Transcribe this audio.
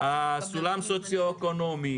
על הסולם הסוציו אקונומי,